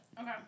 Okay